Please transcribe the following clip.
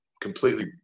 completely